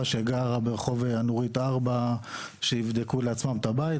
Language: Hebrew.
שגרה ברחוב הנורית 4 איך הם יכולים לבדוק לעצמם את הבית,